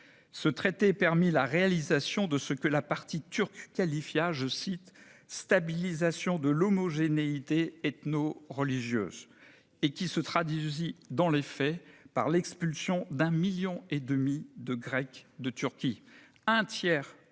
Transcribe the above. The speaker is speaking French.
ce traité permit la réalisation de ce que la partie turque qualifia de « stabilisation de l'homogénéité ethno-religieuse » et qui se traduisit dans les faits par l'expulsion d'un million et demi de Grecs de Turquie. Un tiers d'entre